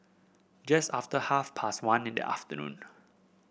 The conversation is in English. just after half past one in the afternoon